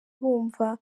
wumva